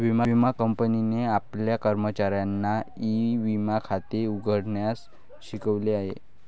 विमा कंपनीने आपल्या कर्मचाऱ्यांना ई विमा खाते उघडण्यास शिकवले